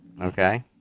Okay